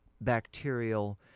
bacterial